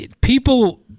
people